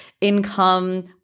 income